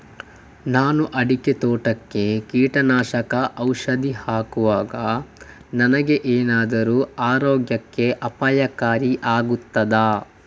ನಾನು ಅಡಿಕೆ ತೋಟಕ್ಕೆ ಕೀಟನಾಶಕ ಔಷಧಿ ಹಾಕುವಾಗ ನನಗೆ ಏನಾದರೂ ಆರೋಗ್ಯಕ್ಕೆ ಅಪಾಯಕಾರಿ ಆಗುತ್ತದಾ?